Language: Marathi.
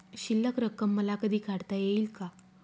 शिल्लक रक्कम मला कधी काढता येईल का?